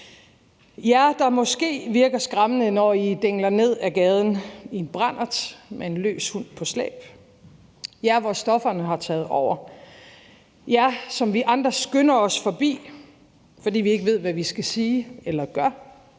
jer, der måske virker skræmmende, når I dingler ned ad gaden i en brandert med en løs hund på slæb; jer, som stofferne har taget over hos; jer, som vi andre skynder os forbi, fordi vi ikke ved, hvad vi skal sige eller gøre.